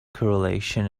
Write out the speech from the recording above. correlation